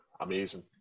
amazing